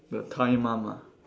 the Thai mum lah